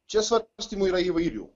čia svarstymų yra įvairių